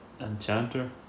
enchanter